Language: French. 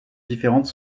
différentes